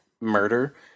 murder